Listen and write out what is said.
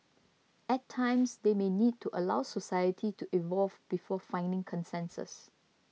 at times they may need to allow society to evolve before finding consensus